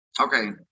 okay